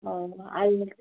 ও আর